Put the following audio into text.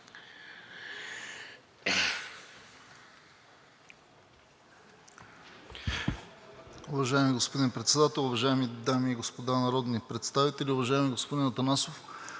Уважаеми господин Председател, уважаеми дами и господа народни представители! Уважаеми господин Атанасов,